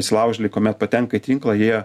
įsilaužėliai kuomet patenka į tinklą jie